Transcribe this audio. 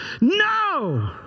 No